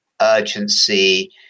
urgency